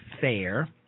fair